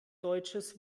deutsches